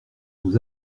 nous